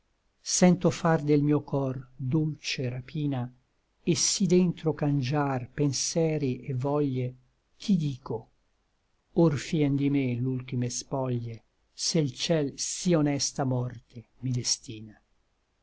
sento far del mio cor dolce rapina et sí dentro cangiar penseri et voglie ch'i dico or fien di me l'ultime spoglie se l ciel sí honesta morte mi destina